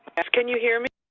yes. can you hear me?